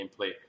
gameplay